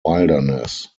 wilderness